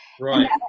Right